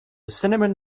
cinnamon